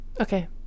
Okay